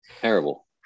terrible